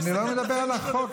אני לא מדבר על החוק,